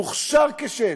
מוכשר כשד,